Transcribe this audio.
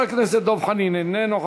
חבר הכנסת דב חנין, איננו,